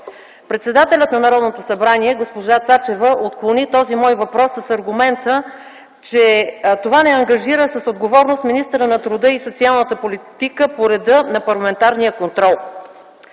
Председателят на Народното събрание госпожа Цачева отклони този мой въпрос с аргумента, че това не ангажира с отговорност министъра на труда и социалната политика по реда на парламентарния контрол.